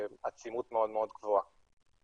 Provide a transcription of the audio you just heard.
בעצימות מאוד מאוד גבוהה.